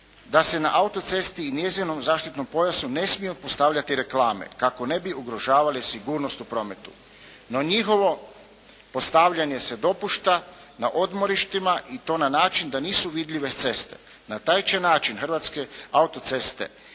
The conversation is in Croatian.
da se na autocesti i njezinom zaštitnom pojasu ne smije postavljati reklame kako ne bi ugrožavale sigurnost u prometu. No njihovo postavljanje se dopušta na odmorištima i to na način da nisu vidljive s ceste. Na taj će način Hrvatske autoceste